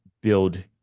build